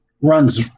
runs